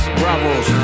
bravos